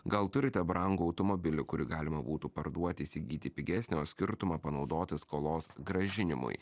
gal turite brangų automobilį kurį galima būtų parduoti įsigyti pigesnį o skirtumą panaudoti skolos grąžinimui